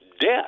death